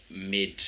mid